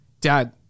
dad